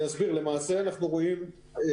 זה.